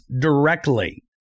directly